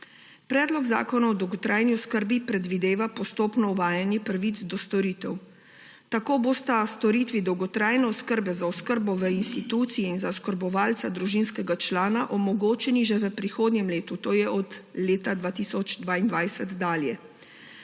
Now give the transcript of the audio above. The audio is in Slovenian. Predlog zakona o dolgotrajni oskrbi predvideva postopno uvajanje pravic do storitev. Tako bosta storitvi dolgotrajne oskrbe za oskrbo v instituciji in za oskrbovalca družinskega člana omogočeni že v prihodnjem letu, to je od leta 2022 dalje.